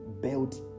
built